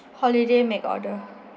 holiday make order